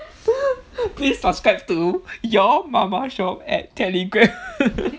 please subscribe to your mama shop at telegram